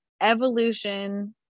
Evolution